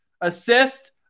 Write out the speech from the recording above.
assist